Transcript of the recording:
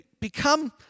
become